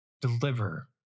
deliver